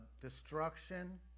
destruction